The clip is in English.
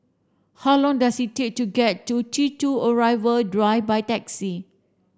how long does it take to get to T two Arrival Drive by taxi